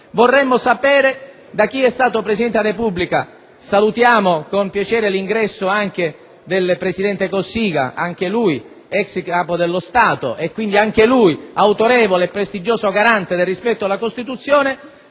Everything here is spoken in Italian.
- ripeto - da chi è stato Presidente della Repubblica. Salutiamo con piacere l'ingresso in Aula del presidente Cossiga, anch'egli ex Capo dello Stato e quindi anch'egli autorevole e prestigioso garante del rispetto della Costituzione.